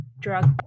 drug